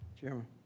Chairman